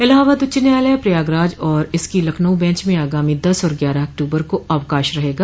इलाहाबाद उच्च न्यायालय प्रयागराज और इसकी लखनऊ बैंच में आगामी दस और ग्यारह अक्टूबर को अवकाश रहेगा